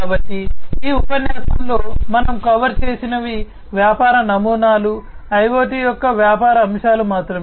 కాబట్టి ఈ ఉపన్యాసంలో మనము కవర్ చేసినవి వ్యాపార నమూనాలు IoT యొక్క వ్యాపార అంశాలు మాత్రమే